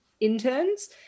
interns